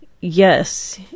yes